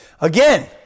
Again